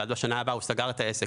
ואז בשנה הבאה הוא סגר את העסק,